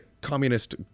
communist